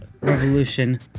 Revolution